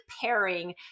pairing